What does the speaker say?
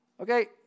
Okay